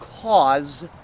cause